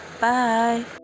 bye